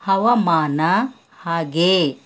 ಹವಾಮಾನ ಹಾಗೆ